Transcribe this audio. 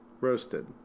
roasted